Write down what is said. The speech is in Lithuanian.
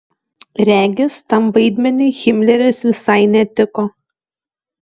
regis tam vaidmeniui himleris visai netiko